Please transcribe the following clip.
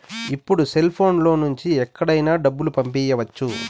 ఇప్పుడు సెల్ఫోన్ లో నుంచి ఎక్కడికైనా డబ్బులు పంపియ్యచ్చు